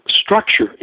structure